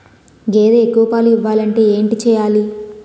గేదె ఎక్కువ పాలు ఇవ్వాలంటే ఏంటి చెయాలి?